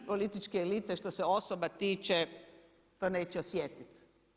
Političke elite što se osoba tiče to neće osjetiti.